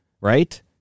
right